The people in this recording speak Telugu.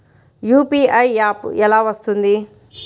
యూ.పీ.ఐ యాప్ ఎలా వస్తుంది?